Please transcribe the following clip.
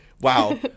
wow